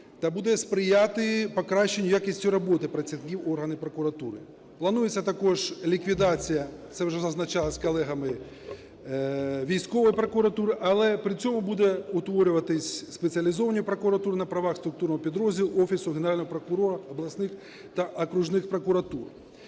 та буде сприяти покращанню якості роботи працівників органів прокуратури. Планується також ліквідація, це вже зазначалося колегами, військової прокуратури, але при цьому будуть утворюватися спеціалізовані прокуратури на правах структуру підрозділу Офісу Генерального прокурора, обласних та окружних прокуратур.